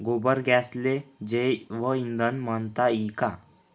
गोबर गॅसले जैवईंधन म्हनता ई का?